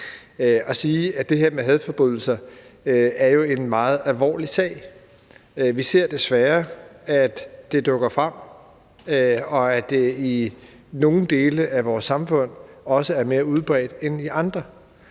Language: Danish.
og sige, at det her med hadforbrydelser jo er en meget alvorlig sag. Vi ser desværre, at det dukker frem, og at det i nogle dele af vores samfund også er mere udbredt end i andre,